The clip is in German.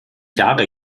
jahre